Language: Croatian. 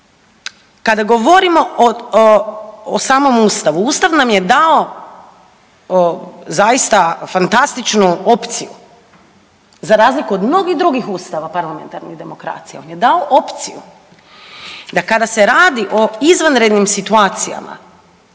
kada govorimo o samom Ustavu, Ustav nam je dao zaista fantastičnu opciju za razliku od mnogih drugih ustava parlamentarnih demokracija, on je dao opciju da kada se radi o izvanrednim situacijama,